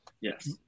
yes